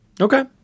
Okay